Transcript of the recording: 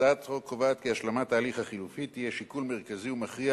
הצעת החוק קובעת כי השלמת ההליך החלופי תהיה שיקול מרכזי ומכריע